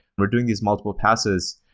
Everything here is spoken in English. we're doing these multiple passes,